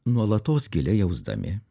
nuolatos giliai jausdami